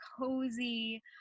cozy